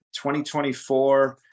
2024